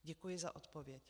Děkuji za odpověď.